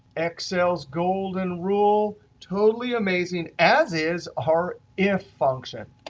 excel's golden rule. totally amazing, as is our if function.